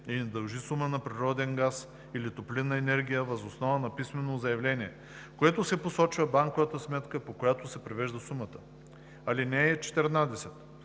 и не дължи суми за природен газ или топлинна енергия въз основа на писмено заявление, в което се посочва банкова сметка, по която се превежда сумата. (14)